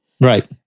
Right